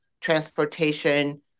transportation